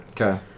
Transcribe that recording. Okay